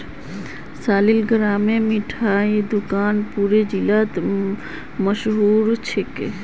सालिगरामेर मिठाई दुकान पूरा जिलात मशहूर छेक